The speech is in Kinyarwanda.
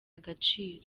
agaciro